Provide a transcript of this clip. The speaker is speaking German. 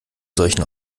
solchen